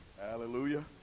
Hallelujah